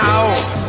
out